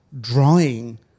drawing